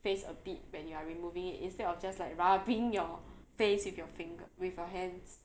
face a bit when you are removing it instead of just like rubbing your face with your finger with your hands